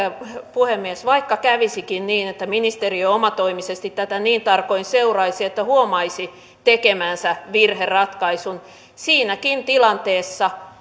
puhemies vaikka kävisikin niin että ministeriö omatoimisesti tätä niin tarkoin seuraisi että huomaisi tekemänsä virheratkaisun niin siinäkin tilanteessa